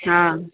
हा